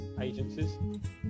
Agencies